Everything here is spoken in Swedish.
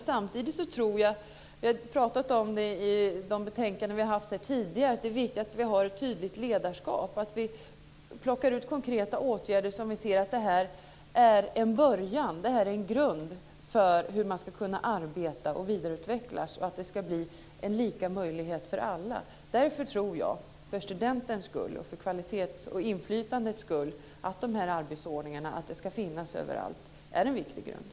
Samtidigt tror jag - och vi har pratat om det när det gäller de betänkanden vi haft här tidigare - att det är viktigt att vi har ett tydligt ledarskap. Det är viktigt att vi plockar ut konkreta åtgärder som vi ser är en början, en grund för hur man ska kunna arbeta och vidareutvecklas och för att det ska bli lika möjligheter för alla. Därför tror jag, för studentens och för kvalitetens och inflytandets skull, att det är en viktig grund att arbetsordningar ska finnas överallt.